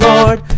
Lord